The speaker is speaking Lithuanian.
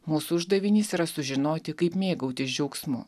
mūsų uždavinys yra sužinoti kaip mėgautis džiaugsmu